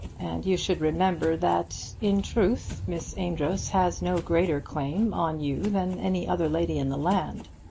and you should remember that in truth miss amedroz has no greater claim on you than any other lady in the land.